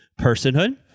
personhood